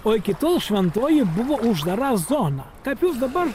o iki tol šventoji buvo uždara zona kaip jūs dabar